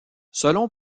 selon